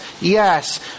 yes